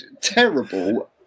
terrible